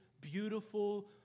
beautiful